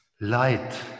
Light